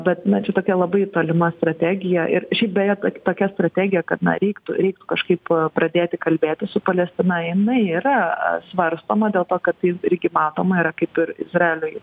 bet na čia tokia labai tolima strategija ir šiaip beje tok tokia strategija kad na reiktų reiktų kažkaip pradėti kalbėti su palestina jinai yra a svarstoma dėl to kad tai irgi matoma yra kaip ir izraeliui